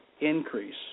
increase